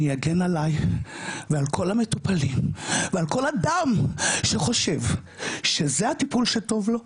אני אגן עליי ועל כל המטופלים ועל כל אדם שחושב שזה הטיפול שטוב לו,